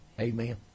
Amen